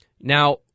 Now